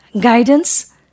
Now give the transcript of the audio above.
guidance